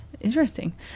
Interesting